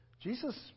Jesus